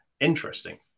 interesting